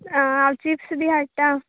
आं हांव चिप्स बी हाडटां